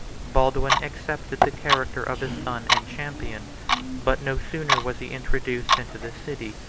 baldwin accepted the character of his son and champion but no sooner was he introduced into the city,